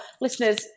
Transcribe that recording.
listeners